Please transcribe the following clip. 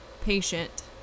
patient